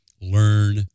learn